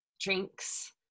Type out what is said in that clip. drinks